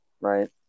right